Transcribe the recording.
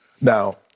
Now